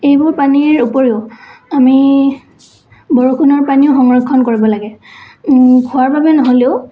এইবোৰ পানীৰ উপৰিও আমি বৰষুণৰ পানীও সংৰক্ষণ কৰিব লাগে খোৱাৰ বাবে নহ'লেও